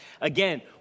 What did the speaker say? Again